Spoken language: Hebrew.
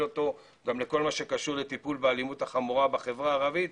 אותו גם לכל מה שקשור בטיפול באלימות החמורה בחברה הערבית,